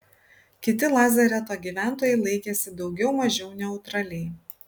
kiti lazareto gyventojai laikėsi daugiau mažiau neutraliai